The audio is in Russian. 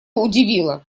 удивило